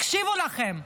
הקשיבו לכם.